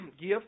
give